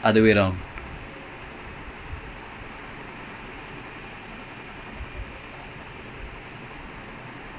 he always he he do one or two things like either go behind he running behind he blindspot of the defender